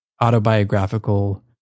autobiographical